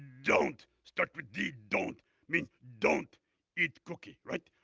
don't start with d. don't means don't eat cookie, right?